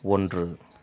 ஒன்று